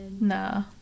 Nah